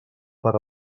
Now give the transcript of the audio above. per